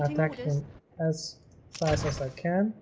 um like as as fast as i can